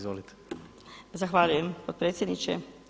Zahvaljujem potpredsjedniče.